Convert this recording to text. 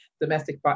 domestic